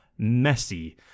messy